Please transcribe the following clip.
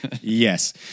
yes